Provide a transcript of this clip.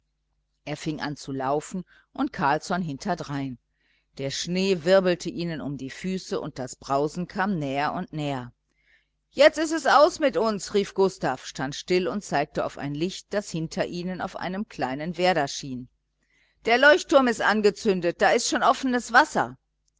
er fing an zu laufen und carlsson hinterdrein der schnee wirbelte ihnen um die füße und das brausen kam näher und näher jetzt ist es aus mit uns rief gustav stand still und zeigte auf ein licht das hinter ihnen auf einem kleinen werder schien der leuchtturm ist angezündet da ist schon offenes wasser